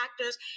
actors